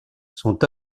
sont